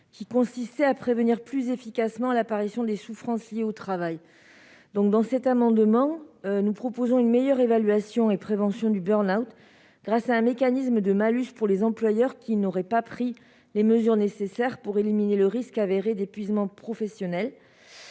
que constitue la prévention plus efficace de l'apparition des souffrances liées au travail. Nous proposons, au travers de cet amendement, de meilleures évaluation et prévention du burn-out grâce à un mécanisme de malus pour les employeurs n'ayant pas pris les mesures nécessaires pour éliminer le risque avéré d'épuisement professionnel.